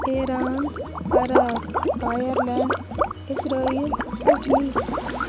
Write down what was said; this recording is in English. Iran Iraq Ireland Israel Italy